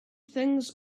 things